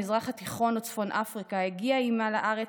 המזרח התיכון וצפון אפריקה הגיעה לארץ